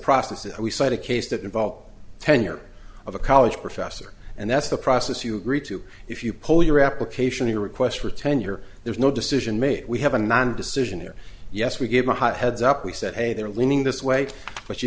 process and we set a case that involved tenure of a college professor and that's the process you agreed to if you pull your application to requests for tenure there's no decision made we have a nine decision here yes we gave the hot heads up we said hey they're leaning this way but you